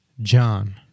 John